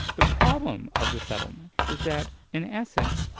the problem of the settlement is that in essence,